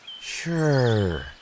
Sure